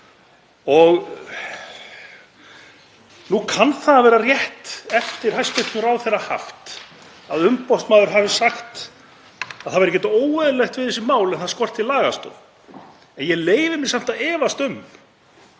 Nú kann það að vera rétt eftir hæstv. ráðherra haft að umboðsmaður hafi sagt að það væri ekkert óeðlilegt við þessi mál en það skorti lagastoð. Ég leyfi mér samt að efast um